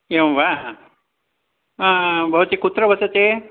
एवं वा भवती कुत्र वसति